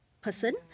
person